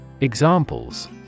Examples